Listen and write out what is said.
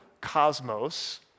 cosmos